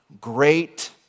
great